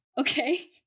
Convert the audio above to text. okay